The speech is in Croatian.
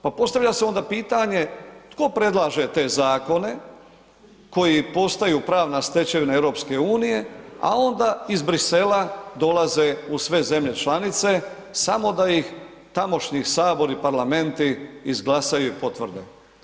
Pa postavlja se onda pitanje tko predlaže te zakone koji postaju pravna stečevina EU, a onda iz Bruxellesa dolaze u sve zemlje članice samo da ih tamošnji sabori i parlamenti izglasaju i potvrde.